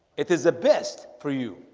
it is the best for you?